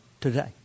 today